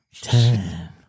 ten